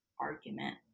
argument